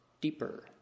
deeper